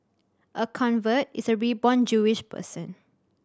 a convert is a reborn Jewish person